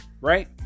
right